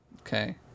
Okay